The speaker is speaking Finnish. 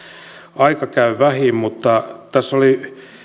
aika käy vähiin mutta sanon vielä että tässä oli